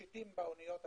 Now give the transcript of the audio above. משיטים באוניות האלה,